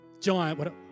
giant